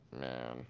Man